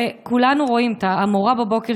המורה בבוקר,